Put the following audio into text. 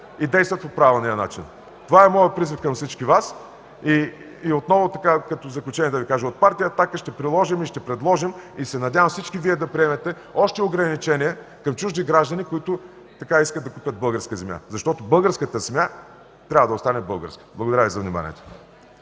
и действат по правилния начин. Това е моят призив към всички Вас. Отново като заключение да Ви кажа – от партия „Атака” ще предложим и се надявам всички Вие да приемете още ограничения към чужди граждани, които искат да купят българска земя, защото българската земя трябва да остане българска. Благодаря Ви за вниманието.